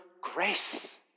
grace